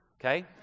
okay